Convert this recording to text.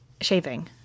shaving